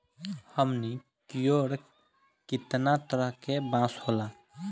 हमनी कियोर कितना तरह के बांस होला